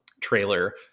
trailer